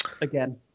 Again